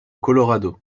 colorado